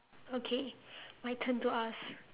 okay my turn to ask